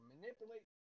Manipulate